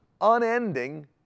unending